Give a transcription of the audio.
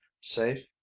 safe